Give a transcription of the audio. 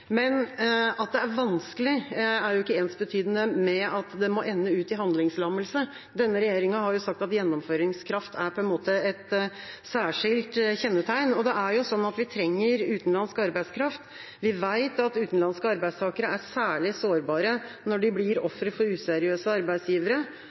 men at det er vanskelig, er ikke ensbetydende med at det må ende i handlingslammelse. Denne regjeringa har sagt at gjennomføringskraft er et særskilt kjennetegn, og det er jo sånn at vi trenger utenlandsk arbeidskraft. Vi vet at utenlandske arbeidstakere er særlig sårbare når de blir